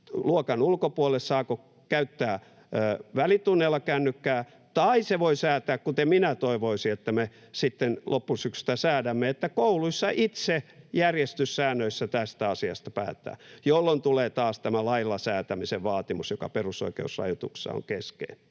luokan ulkopuolelle, saako käyttää välitunneilla kännykkää. Tai se voi säätää — kuten minä toivoisin, että me sitten loppusyksystä säädämme — että kouluissa tästä asiasta päätetään itse järjestyssäännöissä, jolloin tulee taas tämä lailla säätämisen vaatimus, joka perusoikeusrajoituksissa on keskeinen.